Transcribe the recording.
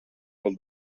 del